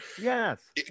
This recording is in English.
yes